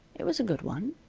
it was a good one.